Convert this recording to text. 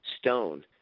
stone